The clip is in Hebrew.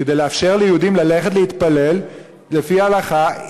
כדי לאפשר ליהודים ללכת להתפלל לפי ההלכה,